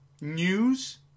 news